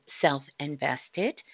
Self-Invested